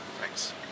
Thanks